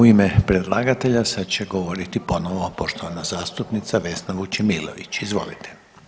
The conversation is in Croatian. U ime predlagatelja sad će govoriti ponovo poštovana zastupnica Vesna Vučemilović, izvolite.